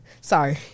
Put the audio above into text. Sorry